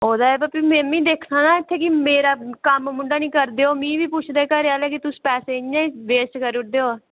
होर ऐ ते फ्ही में बी दिक्खना कि मेरा कम्म मुंढा नीं करदेओ मीं बी पुछदे घर आह्ले कि तुस पैसे इ'यां बेस्ट करी ओड़देओ